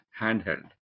handheld